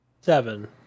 seven